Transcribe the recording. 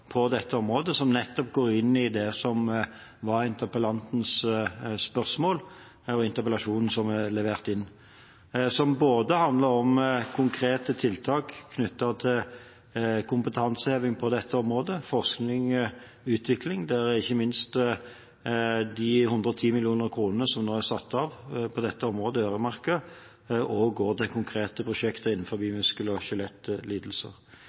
på dette området. Det går nettopp inn i det som var interpellantens spørsmål og interpellasjonen som er levert inn, som handler om konkrete tiltak knyttet til kompetanse – jeg var inne på dette området – forskning/utvikling, der ikke minst de 110 mill. kr som nå er satt av på dette området, er øremerket og går til konkrete prosjekter innenfor muskel- og skjelettlidelser,